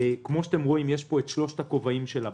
כמו שאתם רואים יש פה שלושת הכובעים של הבנק.